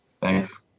Thanks